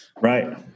Right